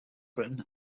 britain